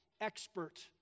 expert